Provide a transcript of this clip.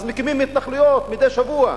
אז מקימים התנחלויות מדי שבוע,